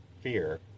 fear